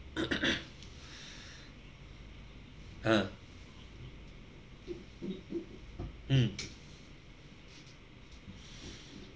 uh mm